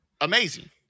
Amazing